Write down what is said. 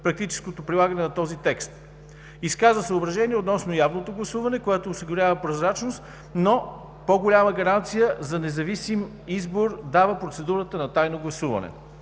практическото прилагане на този текст; изказа съображение относно явното гласуване, което осигурява прозрачност, но по-голяма гаранция за независим избор дава процедурата на тайно гласуване.